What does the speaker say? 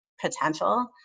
potential